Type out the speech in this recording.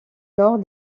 nord